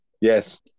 Yes